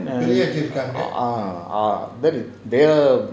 uh uh then they err